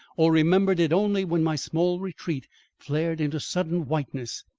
or remembered it only when my small retreat flared into sudden whiteness,